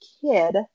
kid